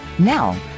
Now